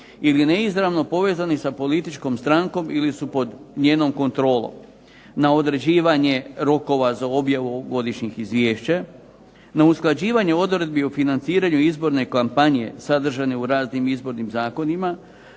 ili neizravno povezani sa političkom strankom ili su pod njenom kontrolom, na određivanje rokova za objavu godišnjih izvješća, na usklađivanje odredbi o financiranju izborne kampanje sadržane u raznim izbornim zakonima,